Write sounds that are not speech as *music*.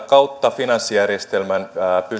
*unintelligible* kautta finanssijärjestelmän